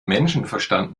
menschenverstand